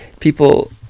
people